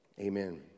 Amen